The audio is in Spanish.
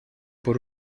por